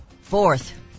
Fourth